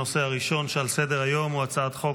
הנושא הראשון שעל סדר-היום הוא הצעת חוק